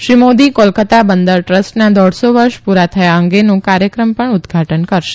શ્રી મોદી કોલકત્તા બંદર ટ્રસ્ટના દોઢસો વર્ષ પુરા થયા અંગેના કાર્યક્રમનું પણ ઉદઘાટન કરશે